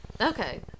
Okay